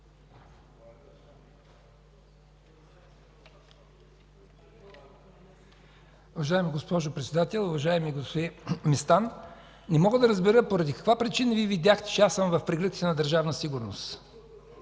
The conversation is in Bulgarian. Уважаема госпожо Председател! Уважаеми господин Местан, не мога да разбера поради каква причина Вие видяхте, че аз съм в прегръдките на Държавна сигурност?